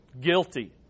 Guilty